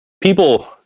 people